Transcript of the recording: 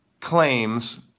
claims